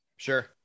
Sure